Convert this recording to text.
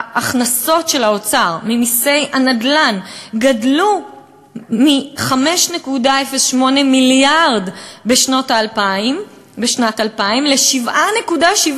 ההכנסות של האוצר מנכסי הנדל"ן גדלו מ-5.08 מיליארד בשנת 2000 ל-7.78